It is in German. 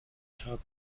tag